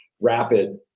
rapid